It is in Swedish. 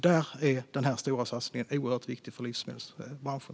Där är den stora satsningen oerhört viktig för livsmedelsbranschen.